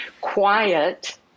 quiet